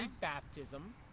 baptism